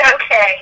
Okay